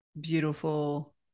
beautiful